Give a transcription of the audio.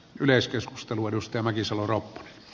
yleiskeskustelu edusti mäkisalo ropponen